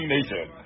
Nation